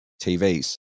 TVs